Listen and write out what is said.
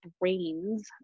brain's